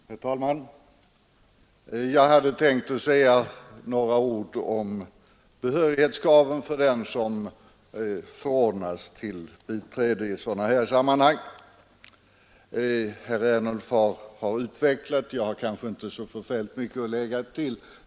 Herr talman! Jag hade tänkt att säga några ord om behörighetskraven för den som förordnats till biträde i sådana här sammanhang. Herr Ernulf har utvecklat saken, och jag har därför kanske inte så särskilt mycket att lägga till.